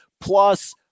plus